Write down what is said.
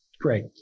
Great